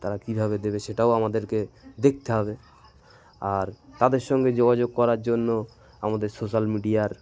তারা কীভাবে দেবে সেটাও আমাদেরকে দেখতে হবে আর তাদের সঙ্গে যোগাযোগ করার জন্য আমাদের সোশ্যাল মিডিয়ার